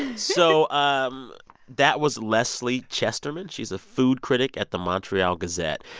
and so um that was lesley chesterman. she's a food critic at the montreal gazette.